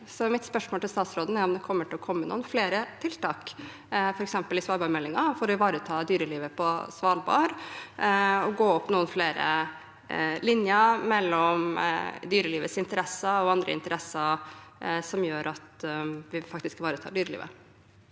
Så mitt spørsmål til statsråden er om det kommer til å komme noen flere tiltak, f.eks. i svalbardmeldingen, for å ivareta dyrelivet på Svalbard og å gå opp noen flere linjer mellom dyrelivets interesser og andre interesser slik at vi faktisk ivaretar dyrelivet.